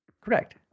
Correct